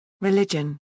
Religion